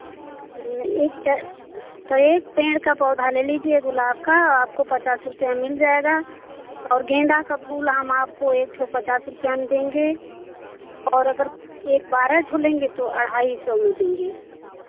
एक तो तो एक पेड़ का पौधा ले लीजिए गुलाब का आपको पचास रुपया मिल जाएगा और गेंदा का फूल हम आपको एक सौ पचास रुपया में देंगे और अगर एक बारह ठु लेंगे तो ढ़ाई सौ में देंगे